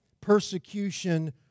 Persecution